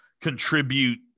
contribute